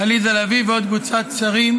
עליזה לביא וקבוצת חברי הכנסת.